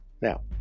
Now